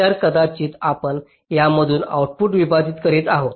तर कदाचित आपण यामधून आउटपुट विभाजित करीत आहोत